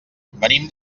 venim